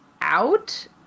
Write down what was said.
out